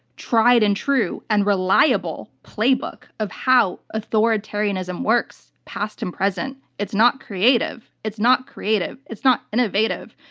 tried and true, and reliable playbook of how authoritarianism works, past and present. it's not creative. it's not creative. it's not innovative.